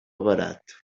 barat